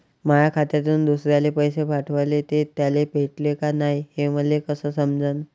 माया खात्यातून दुसऱ्याले पैसे पाठवले, ते त्याले भेटले का नाय हे मले कस समजन?